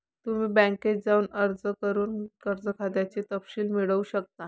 तुम्ही बँकेत जाऊन अर्ज करून कर्ज खात्याचे तपशील मिळवू शकता